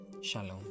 Shalom